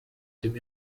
den